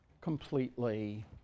completely